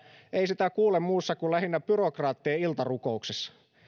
ei kuule muussa kuin lähinnä byrokraattien iltarukouksessa